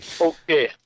Okay